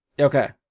Okay